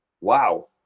wow